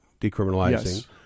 decriminalizing